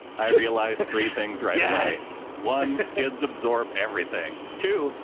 i realized three things, right? yes. one kids absorb everything too.